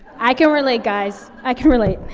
i can relate, guys. i can relate